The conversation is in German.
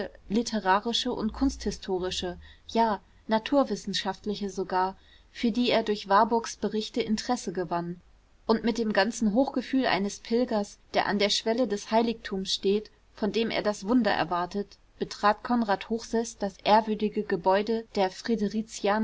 literarische und kunsthistorische ja naturwissenschaftliche sogar für die er durch warburgs berichte interesse gewann und mit dem ganzen hochgefühl eines pilgers der an der schwelle des heiligtums steht von dem er das wunder erwartet betrat konrad hochseß das ehrwürdige gebäude der